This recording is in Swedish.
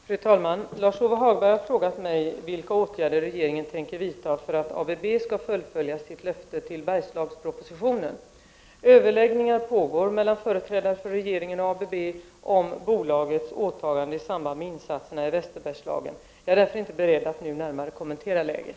Fru talman! Lars-Ove Hagberg har frågat mig vilka åtgärder regeringen tänker vidta för att ABB skall fullfölja sitt löfte beträffande Bergslagspropositionen. Överläggningar pågår mellan företrädare för regeringen och ABB om bolagets åtaganden i samband med insatserna i Västerbergslagen. Jag är därför inte beredd att nu närmare kommentera läget.